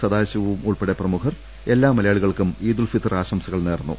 സദാശിവവും ഉൾപ്പെടെ പ്രമുഖർ എല്ലാ മലയാളികൾക്കും ഈദുൽഫിത്വർ ആശംസ കൾ നേർന്നു